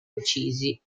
uccisi